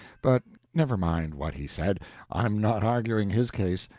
but never mind what he said i'm not arguing his case.